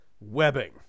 webbing